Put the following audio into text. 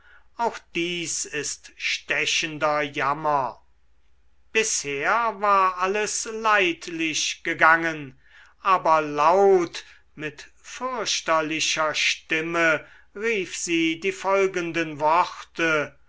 auch dies ist stechender jammer bisher war alles leidlich gegangen aber laut mit fürchterlicher stimme rief sie die folgenden worte